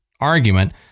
argument